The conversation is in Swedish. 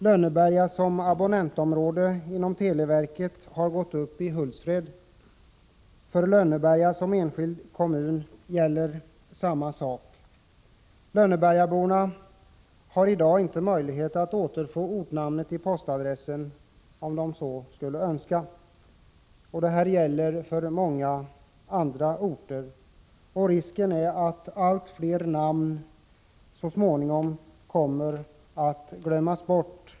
Lönneberga abonnentområde inom televerket har överförts till Hultsfredsområdet. För Lönneberga som enskild kommun gäller motsvarande förhållande. Lönnebergaborna har i dag inte möjlighet att återfå sitt gamla ortnamn i postadressen om de så skulle önska, och motsvarande gäller på många andra orter. Risken är att allt fler namn så småningom kommer att glömmas bort.